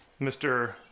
Mr